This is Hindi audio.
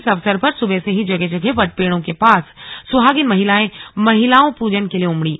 इस अवसर पर सुबह से ही जगह जगह वट पेड़ों के पास सुहागिन महिलाएं महिलाओं पूजन के लिए उमड़ी